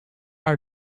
are